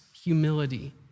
Humility